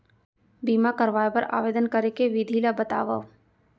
बीमा करवाय बर आवेदन करे के विधि ल बतावव?